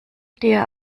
dir